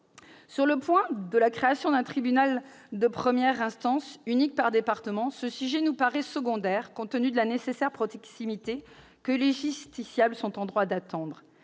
judiciaire. La création d'un tribunal de première instance unique par département est un point qui nous paraît secondaire compte tenu de la nécessaire proximité que les justiciables sont en droit d'attendre.